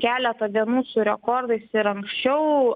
keletą dienų su rekordais ir anksčiau